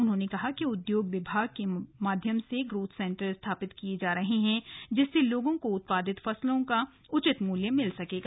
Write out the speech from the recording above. उन्होंने कहा कि उद्योग विभाग के माध्यम से ग्रोथ सेंटर स्थापित किये जा रहे है जिससे लोगों को उत्पादित फसलों आदि का वाजिव मूल्य मिल सकेगा